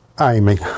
Amy